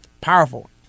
powerful